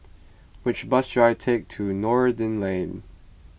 which bus should I take to Noordin Lane